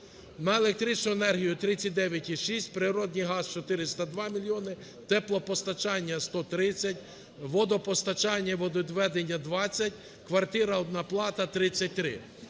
На електричну енергію – 39,6, природній газ – 402 мільйони, теплопостачання – 130, водопостачання і водовідведення – 20, квартира, одна плата – 33.